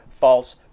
false